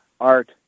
art